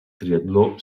triatló